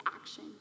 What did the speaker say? action